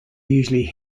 usually